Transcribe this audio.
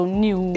new